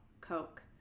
Coke